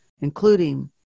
including